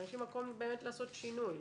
אבל יש לי מקום באמת לעשות שינוי.